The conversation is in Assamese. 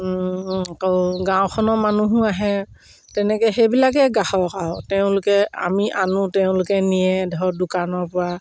আকৌ গাঁওখনৰ মানুহো আহে তেনেকে সেইবিলাকেই গ্ৰাহক আৰু তেওঁলোকে আমি আনো তেওঁলোকে নিয়ে ধৰক দোকানৰ পৰা